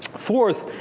fourth,